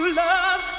love